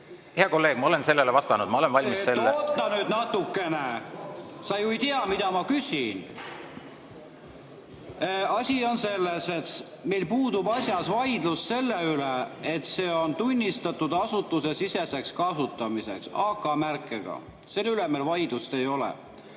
Hea kolleeg, ma olen sellele vastanud, ma olen valmis ...